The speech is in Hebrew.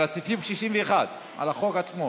על הסעיפים, 61, החוק עצמו